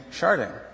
sharding